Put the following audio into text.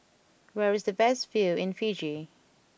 where is the best view in Fiji